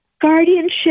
Guardianship